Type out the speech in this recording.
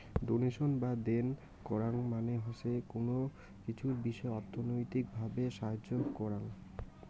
donation বা দেন করাং মানে হসে কুনো কিছুর বিষয় অর্থনৈতিক ভাবে সাহায্য করাং